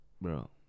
Bro